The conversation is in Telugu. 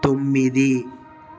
తొమ్మిది